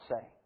say